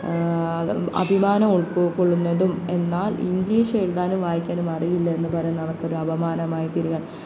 അഭിമാനം ഉൾക്കൊള്ളുന്നതും എന്നാൽ ഇംഗ്ലീഷ് എഴുതാനും വായിക്കാനും അറിയില്ല എന്ന് പറയുന്ന അവർക്കൊരു അപമാനമായി തീരുകയാണ്